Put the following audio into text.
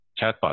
chatbot